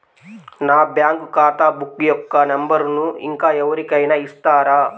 నా బ్యాంక్ ఖాతా బుక్ యొక్క నంబరును ఇంకా ఎవరి కైనా ఇస్తారా?